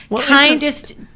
kindest